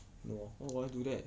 no why would I do that